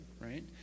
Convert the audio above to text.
right